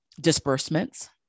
disbursements